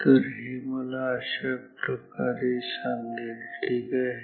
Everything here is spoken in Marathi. तर हे मला अशाप्रकारे सांगेल ठीक आहे